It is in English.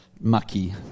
mucky